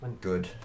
good